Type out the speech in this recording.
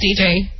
DJ